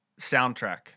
Soundtrack